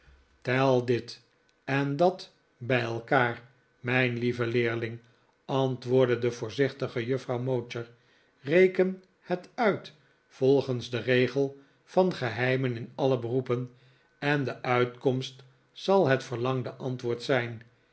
tel dit en dat bij elkaar mijn lieve leerling antwoordde de voorzichtige juffrouw mowcher reken het uit volgens den regel van geheimen in alle beroepen en de uitkomst zal het verlangde antwoord zijn